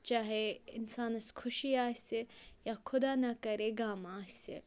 چاہے اِنسانَس خوشی آسہِ یا خُدا نا کَرے غَم آسہِ